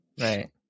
Right